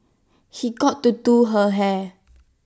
he got to do her hair